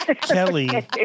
Kelly